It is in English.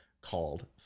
called